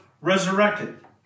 resurrected